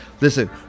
Listen